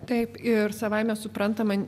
taip ir savaime suprantama